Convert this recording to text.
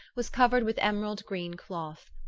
was covered with emerald green cloth.